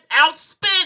outspent